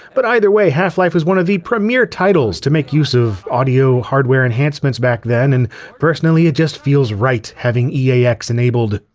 but either way half-life was one of the premiere titles to make use of audio hardware enhancements back then and personally it just feels right having eax enabled.